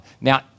Now